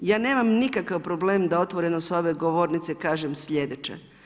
Ja nemam nikakav problem da otvoreno s ove govornice kažem slijedeće.